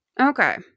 Okay